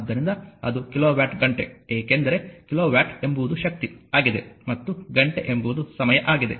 ಆದ್ದರಿಂದ ಅದು ಕಿಲೋವ್ಯಾಟ್ ಗಂಟೆ ಏಕೆಂದರೆ ಕಿಲೋವ್ಯಾಟ್ ಎಂಬುದು ಶಕ್ತಿ ಆಗಿದೆ ಮತ್ತು ಘಂಟೆ ಎಂಬುದು ಸಮಯ ಆಗಿದೆ